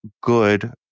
good